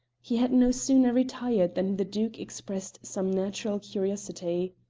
he had no sooner retired than the duke expressed some natural curiosity.